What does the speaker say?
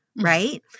Right